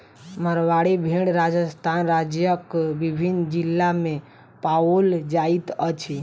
मारवाड़ी भेड़ राजस्थान राज्यक विभिन्न जिला मे पाओल जाइत अछि